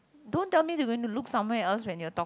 don't tell me they gonna to look somewhere else when you're talk